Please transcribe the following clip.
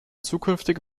zukünftig